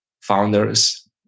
founders